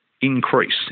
increase